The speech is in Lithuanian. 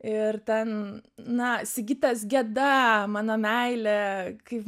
ir ten na sigitas geda mano meilė kaip